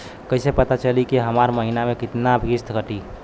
कईसे पता चली की हमार महीना में कितना किस्त कटी?